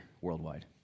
worldwide